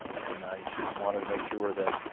and i wanted to make sure that,